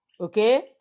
okay